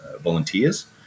volunteers